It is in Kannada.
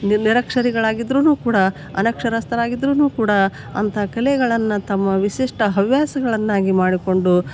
ನೀನು ನಿರಕ್ಷರಿಗಳಾಗಿದ್ರು ಕೂಡ ಅನಕ್ಷರಸ್ತರಾಗಿದ್ರು ಕೂಡ ಅಂತ ಕಲೆಗಳನ್ನು ತಮ್ಮ ವಿಶಿಷ್ಟ ಹವ್ಯಾಸಗಳನ್ನಾಗಿ ಮಾಡಿಕೊಂಡು